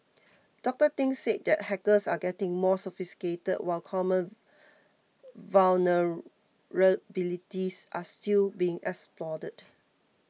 Doctor Thing said that hackers are getting more sophisticated while common vulnerabilities are still being exploited